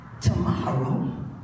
tomorrow